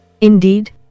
Indeed